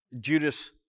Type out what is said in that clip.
Judas